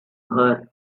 her